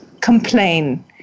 complain